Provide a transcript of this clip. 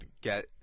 get